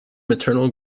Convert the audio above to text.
maternal